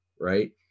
Right